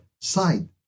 side